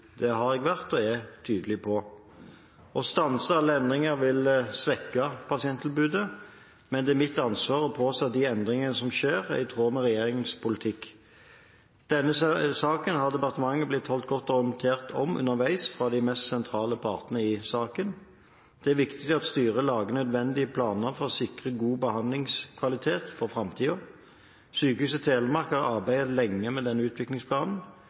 Det har jeg vært, og er, tydelig på. Å stanse alle endringer vil svekke pasienttilbudet, men det er mitt ansvar å påse at de endringer som skjer, er i tråd med regjeringens politikk. Denne saken har departementet blitt holdt godt orientert om underveis av de mest sentrale partene i saken. Det er viktig at styrene lager nødvendige planer for å sikre god behandlingskvalitet i framtiden. Sykehuset Telemark har arbeidet lenge med denne utviklingsplanen.